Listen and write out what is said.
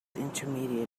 intermediate